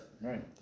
right